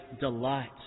delight